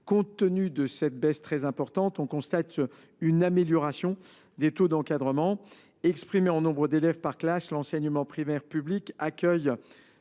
Compte tenu de cette baisse très importante, on constate une amélioration du taux d’encadrement, exprimé en nombre d’élèves par classe : en 2024, l’enseignement primaire public accueille